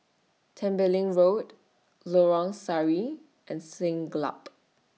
Tembeling Road Lorong Sari and Siglap